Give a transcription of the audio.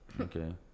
Okay